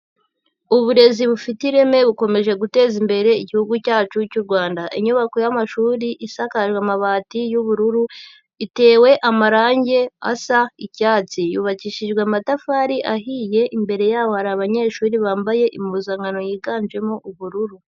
Uburezi bufite ireme bukomeje guteza imbere igihugu cyacu cy'u Rwanda. Inyubako y'amashuri isakajwe amabati y'ubururu itewe amarange asa icyatsi, yubakishijwe amatafari ahiye imbere yaho hari abanyeshuri bambaye impuzankano yiganjemo ubururu.